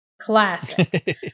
Classic